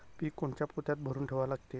पीक कोनच्या पोत्यात भरून ठेवा लागते?